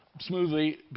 smoothly